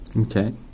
okay